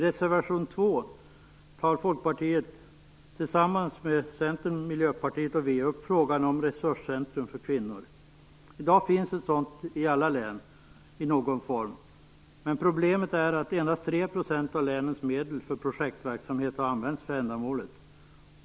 Centern, Miljöpartiet och Vänsterpartiet upp frågan om resurscentrum för kvinnor. I dag finns ett sådant i alla län i någon form. Men problemet är att endast 3 % av länens medel för projektverksamhet har använts för ändamålet.